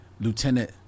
Lieutenant